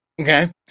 okay